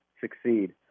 succeed